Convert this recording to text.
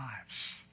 lives